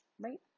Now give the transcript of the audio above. right